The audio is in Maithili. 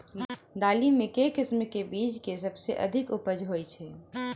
दालि मे केँ किसिम केँ बीज केँ सबसँ अधिक उपज होए छै?